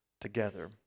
together